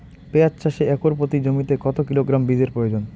পেঁয়াজ চাষে একর প্রতি জমিতে কত কিলোগ্রাম বীজের প্রয়োজন?